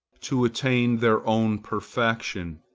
to attain their own perfection.